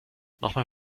nochmal